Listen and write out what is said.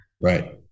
Right